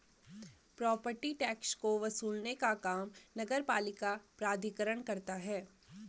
property tax को वसूलने का काम नगरपालिका प्राधिकरण करता है